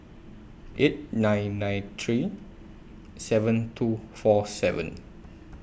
eight nine nine three seven two four seven